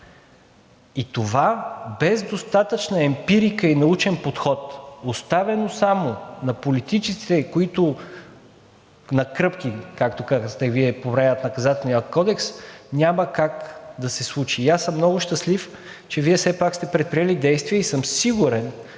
И това без достатъчна емпирика и научен подход, оставено само на политиците, които на кръпки, както казахте Вие, променят Наказателния кодекс, няма как да се случи. И аз съм много щастлив, че Вие все пак сте предприели действия и съм сигурен,